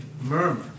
murmur